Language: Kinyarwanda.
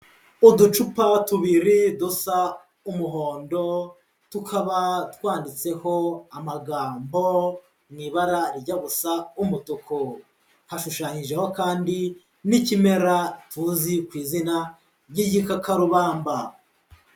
Uducupa tubiri dusa umuhondo, tukaba twanditseho amagambo mu ibara rijya gusa umutuku, hashushanyijeho kandi n'ikimera tuzi ku izina ry'igikakarubamba.